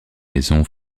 maison